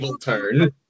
turn